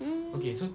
mm